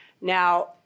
Now